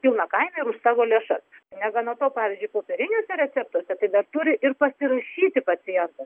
pilną kainą ir už savo lėšas negana to pavyzdžiui popieriniuose receptuose tai dar turi ir pasirašyti pacientas